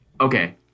Okay